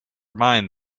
mind